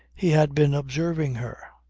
he had been observing her.